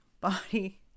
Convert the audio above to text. body